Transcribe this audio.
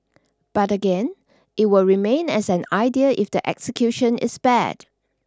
but again it will remain as an idea if the execution is bad